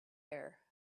air